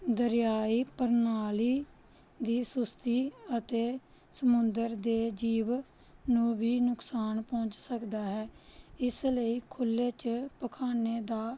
ਦਰਿਆਈ ਪ੍ਰਣਾਲੀ ਦੀ ਸੁਸਤੀ ਅਤੇ ਸਮੁੰਦਰ ਦੇ ਜੀਵ ਨੂੰ ਵੀ ਨੁਕਸਾਨ ਪਹੁੰਚ ਸਕਦਾ ਹੈ ਇਸ ਲਈ ਖੁੱਲ੍ਹੇ 'ਚ ਪਖਾਨੇ ਦਾ